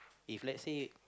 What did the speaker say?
if lets say